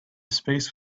space